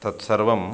तत्सर्वं